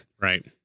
right